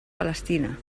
palestina